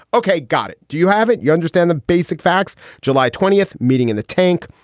okay, got it. do you have it? you understand the basic facts. july twentieth, meeting in the tank,